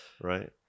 right